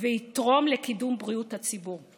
ויתרום לקידום בריאות הציבור.